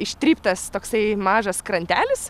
ištryptas toksai mažas krantelis